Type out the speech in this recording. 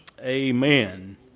Amen